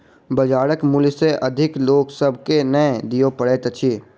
बजारक मूल्य सॅ अधिक लोक सभ के नै दिअ पड़ैत अछि